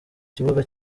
kibuga